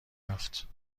رفت